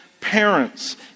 parents